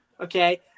Okay